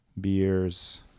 beers